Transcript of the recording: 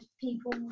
people